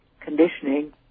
conditioning